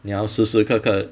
你要时时刻刻